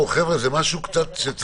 חבר'ה, זה משהו קצת...